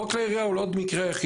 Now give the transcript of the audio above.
חוק כלי ירייה הוא לא המקרה היחיד,